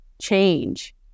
change